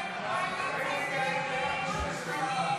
הסתייגות 89 לא נתקבלה.